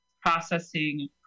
processing